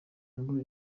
ngo